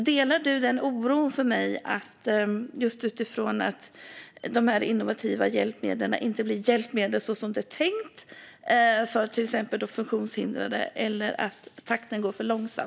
Delar du oron med mig att de här innovativa hjälpmedlen inte blir hjälpmedel så som det är tänkt för till exempel funktionshindrade eller att takten är för långsam?